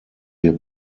wir